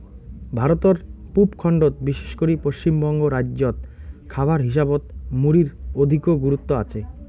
ভারতর পুব খণ্ডত বিশেষ করি পশ্চিমবঙ্গ রাইজ্যত খাবার হিসাবত মুড়ির অধিকো গুরুত্ব আচে